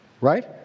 Right